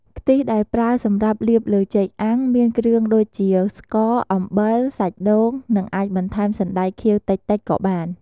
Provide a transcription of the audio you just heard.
ខ្ទិះដែលប្រើសម្រាប់លាបលើចេកអាំង មានគ្រឿងដូចជាស្ករ អំបិល សាច់ដូង និងអាចបន្ថែមសណ្តែកខៀវតិចៗក៏បាន។